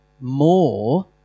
more